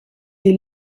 des